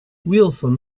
wilson